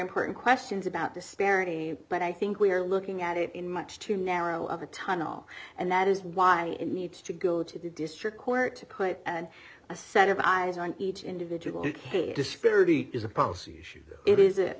important questions about disparity but i think we are looking at it in much too narrow of a tunnel and that is why it needs to go to the district court to put in a set of eyes on each individual u k disparity i